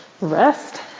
rest